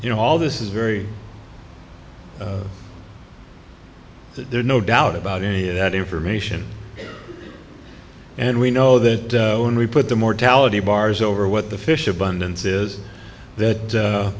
you know all this is very there's no doubt about any of that information and we know that when we put the mortality bars over what the fish abundance is that